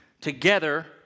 together